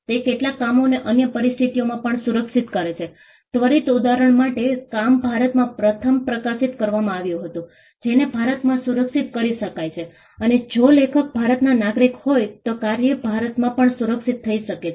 તે કેટલાક કામોને અન્ય પરિસ્થિતિઓમાં પણ સુરક્ષિત કરે છે ત્વરિત ઉદાહરણ માટે કામ ભારતમાં પ્રથમ પ્રકાશિત કરવામાં આવ્યુ હતું તેને ભારતમાં સુરક્ષિત કરી શકાય છે અને જો લેખક ભારતના નાગરિક હોય તો કાર્ય ભારતમાં પણ સુરક્ષિત થઈ શકે છે